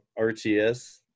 RTS